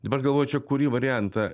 dabar galvoju čia kurį variantą